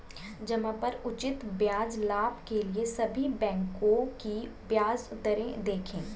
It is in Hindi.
जमा पर उचित ब्याज लाभ के लिए सभी बैंकों की ब्याज दरें देखें